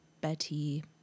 Betty